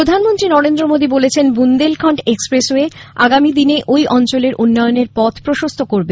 প্রধানমন্ত্রী নরেন্দ্র মোদী বলেছেন বুন্দেলখন্ড এক্সপ্রেসওয়ে আগামীদিনে ওই অঞ্চলের উন্নয়নের পথ প্রশস্ত করবে